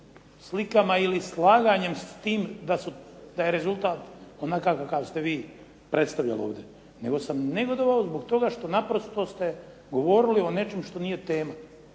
slikama ili slaganjem s tim da je rezultat onakav kakav ste vi predstavljali ovdje. Nego sam negodovao zbog toga što naprosto ste govorili o nečemu što nije tema.